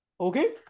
okay